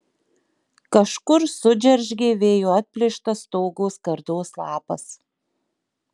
kažkur sudžeržgė vėjo atplėštas stogo skardos lapas